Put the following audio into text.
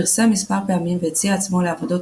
הוא פרסם מספר פעמים והציע עצמו לעבודות